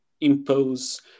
impose